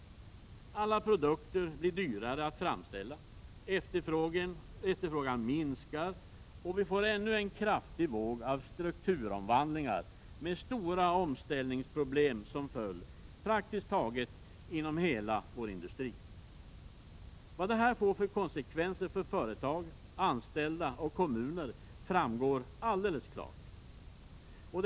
Alla produkter blir dyrare att framställa, efterfrågan minskar och vi får ännu en kraftig våg av strukturomvandlingar med stora omställningsproblem som följd inom praktiskt taget hela vår industri. Vad detta får för konsekvenser för företag, anställda och kommuner framgår alldeles klart.